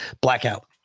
blackout